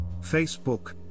Facebook